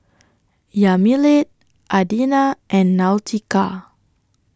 Yamilet Adina and Nautica